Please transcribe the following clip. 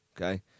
Okay